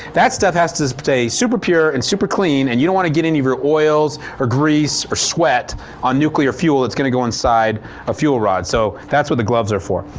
that stuff has to stay super pure and super clean, and you don't want to any of your oils, or grease, or sweat on nuclear fuel that's going to go inside a fuel rod so, that's what the gloves are for.